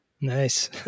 Nice